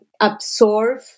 absorb